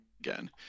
again